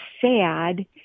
sad